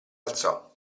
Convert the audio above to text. alzò